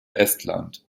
estland